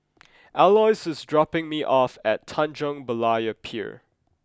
Aloys is dropping me off at Tanjong Berlayer Pier